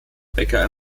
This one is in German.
becker